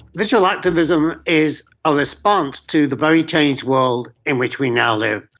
visual activism is a response to the very changed world in which we now live.